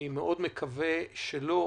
אני מאוד מקווה שלא,